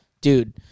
dude